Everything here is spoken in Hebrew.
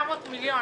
700 מיליון.